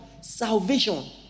salvation